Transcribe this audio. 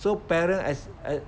so parents as I